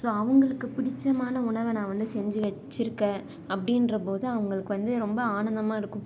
so அவங்களுக்கு பிடித்தமான உணவை நான் வந்து செஞ்சு வச்சுருக்கேன் அப்படின்ற போது அவங்களுக்கு வந்து ரொம்ப ஆனந்தமாக இருக்கும்